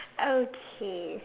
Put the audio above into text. okay